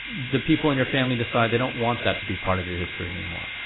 the people in your family decide they don't want that to be part of your history anymore,